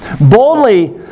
boldly